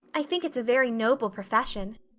i think it's a very noble profession.